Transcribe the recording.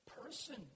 person